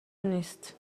نیست